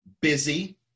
busy